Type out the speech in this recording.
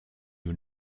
you